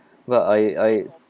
but I I